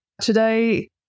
Today